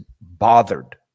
bothered